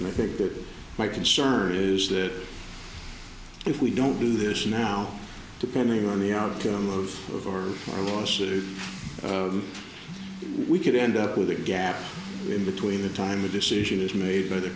and i think that my concern is that if we don't do this now depending on the outcome of or more lawsuits we could end up with a gap in between the time a decision is made by the